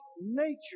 nature